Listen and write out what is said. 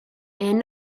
and